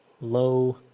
Low